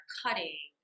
cutting